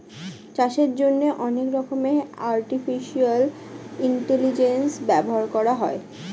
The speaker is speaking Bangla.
চাষের জন্যে অনেক রকমের আর্টিফিশিয়াল ইন্টেলিজেন্স ব্যবহার করা হয়